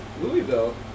Louisville